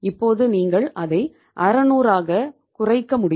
இப்போது நீங்கள் அதை 600 ஆல் குறைக்க முடியும்